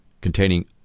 containing